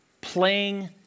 playing